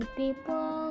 people